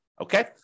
okay